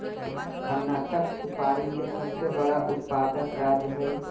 कर्नाटक सुपारी के सबसे बड़ा उत्पादक राज्य हय